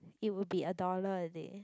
it would be a dollar a day